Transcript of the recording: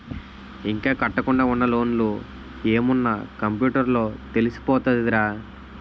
ఇంకా కట్టకుండా ఉన్న లోన్లు ఏమున్న కంప్యూటర్ లో తెలిసిపోతదిరా